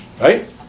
Right